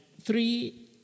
three